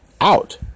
out